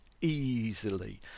easily